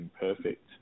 perfect